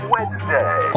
Wednesday